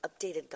updated